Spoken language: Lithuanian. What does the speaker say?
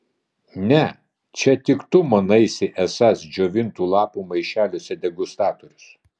ne čia tik tu manaisi esąs džiovintų lapų maišeliuose degustatorius